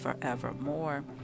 forevermore